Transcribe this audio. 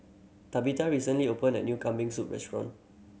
Tabitha recently opened a new Kambing Soup restaurant